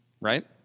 right